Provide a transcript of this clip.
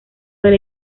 del